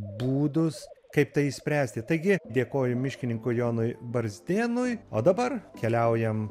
būdus kaip tai išspręsti taigi dėkoju miškininkui jonui barzdėnui o dabar keliaujam